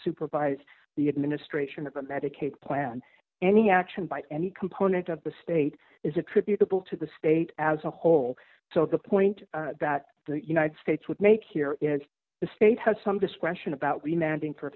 supervise the administration of a medicaid plan any action by any component of the state is attributable to the state as a whole so the point that the united states would make here is the state has some discretion about